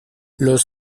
los